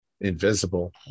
Invisible